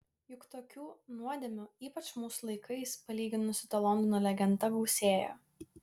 juk tokių nuodėmių ypač mūsų laikais palyginus su ta londono legenda gausėja